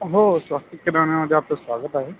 हो स्वस्तिक किराण्यामधे आपलं स्वागत आहे